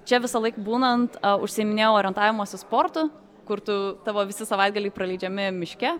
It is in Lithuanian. čia visąlaik būnant užsiiminėjau orientavimosi sportu kur tu tavo visi savaitgaliai praleidžiami miške